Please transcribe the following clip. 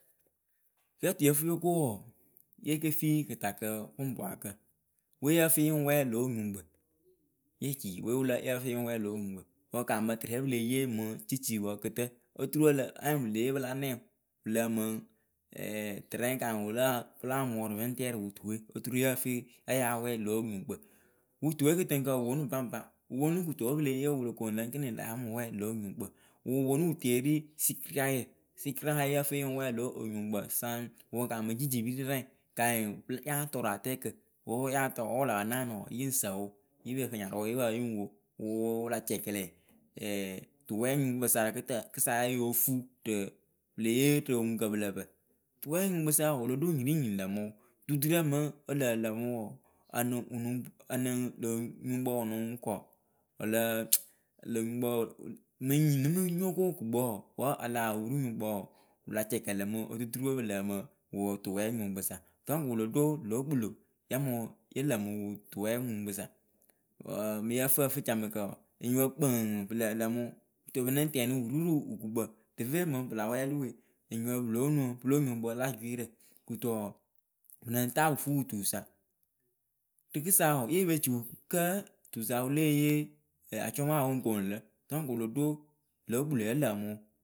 Kɨ yǝ tɨ yǝ fɨ yo ko wɔɔ, yekefi kɨtakǝ pʊŋpwakǝ We yǝ fɨ yɨŋ wɛ lǒ nyuŋkpǝ eci we yǝ fɨ yɨŋ wɨlǝ wɛ lǒ nyuŋkpǝ wɨ kaamǝ tɨrɛ pɨle yee mɨŋ ciciwǝ kɨtǝ oturu ǝlǝ anyɩŋ pɨle yee pɨ la nɛŋ. wɨ lǝ mɨŋ tɨrɛŋ kanyɩŋ wɨlǝ pɨla mʊrʊ pɨŋ tɛrɨ wɨ tuwe oturu yǝ fɨ ya ya wɛ lǒ nyuŋkpǝ wɨ tuwe kɨtɨŋkǝ wɔɔ wɨ ponu baŋpa wɨ ponu kɨto wǝ pɨle yeewɨ pɨlo koŋlǝ kɩnɩŋ lǝ ya mɨ wɛ lǒ nyuŋkpǝ wʊ wɨ ponu wɨ teri sɩkɩriayǝ sɩkira yǝ fɨ yɨŋ wɛ lǒ onyuŋkpǝ saŋ wɨ kaamɨ jicipirɨrɛŋ kanyɩŋ pɨ ya tɔra tɛɛkǝ wǝ ya tɔ wǝ wɨ la pa naanɨ wɔɔ yɨŋ sǝ wʊ yɨ pǝ nyarʊ ya pa ya yɨŋ wo. wɨ wɨla cɛkɛlɛ tuwɛnyuŋkpǝ sa rɨ kɨtɨ kɨsa yayofuu rɨ pɨle yee ro oŋuŋkǝ pɨlǝpǝ. Tuwɛɛnyuŋkpɨ sa wɔɔ wɨlo ɖo nyiriŋnyi ŋ lǝmɨwʊ dudurǝ mɨŋ ǝ lǝǝ lǝmɨ wɔɔ ǝnɨŋ wɨnɨŋ ǝnɨŋ lǒ nyuŋkpǝ wɨ nɨŋ kɔ lö nuŋkpǝ wɨ mɨŋ nyi nɨ mɨ nyo ko wɨkukpǝ wɔɔ wǝ a la wuru nyuŋkpǝ wɔɔ wɨ la cɛkɛlɛ mɨ otuturu pwe pɨ lǝǝmɨ wɨ tuwɛnyuŋkpɨ sa dɔŋkǝ wɨlo ɖo lǒ kpɨlo yamɨ yǝ lǝmɨ wɨ tuwɛnyuŋkpɨ sa wǝǝǝ mɨŋ yǝ fɨ ǝfɨcamɨkǝ wɔɔ enyipǝ kpǝŋ pɨ lǝǝ lǝmɨwʊ kɨto pɨŋ nɨŋ tɛnɩ pɨ ru rɨ wɨkukpǝ deve mɨŋ pɨ la wɛɛlɩ we enyipǝ pɨ lóo nuŋ pɨlo nyuŋkpǝ la jwɩɩrǝ wɔɔ pɨ lɨŋ taa pɨ fuu wɨ tusa rɨkɨsa wɔɔ yepe ci kǝ tusa wɨ lée yee acʊma wɨŋ koonu lǝ̌ dɔŋkǝ wɨlo ɖo lǒ kpɨlo yǝ lǝmɨ wʊ.